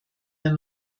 wir